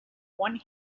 one